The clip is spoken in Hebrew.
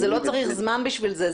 לא צריך זמן בשביל זה.